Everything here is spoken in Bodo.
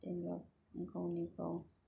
जेनेबा गावनि गाव